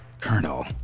Colonel